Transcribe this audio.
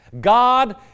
God